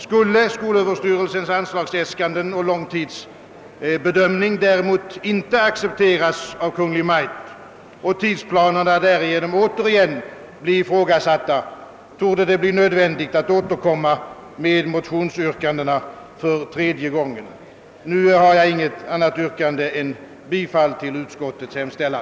Skulle skolöverstyrelsens anslagsäskanden och långtidsbedömning däremot inte accepteras av Kungl. Maj:t och tidsplanerna därigenom återigen bli ifrågasatta, torde det bli nödvändigt att återkomma med motionsyrkandena för tredje gången. Nu har jag inget annat yrkande än bifall till utskottets hemställan.